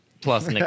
plus